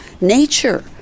nature